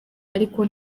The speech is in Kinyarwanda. ariko